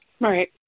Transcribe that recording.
right